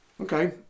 Okay